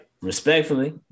respectfully